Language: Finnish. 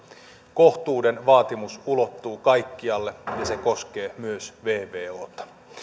kohtuuden vaatimus ulottuu kaikkialle ja se koskee myös vvota